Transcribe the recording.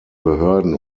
behörden